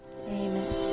Amen